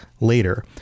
later